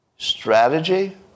Strategy